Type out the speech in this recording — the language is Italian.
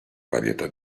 varietà